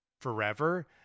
forever